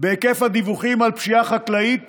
בהיקף הדיווחים על פשיעה חקלאית